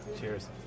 Cheers